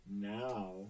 Now